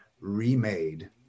remade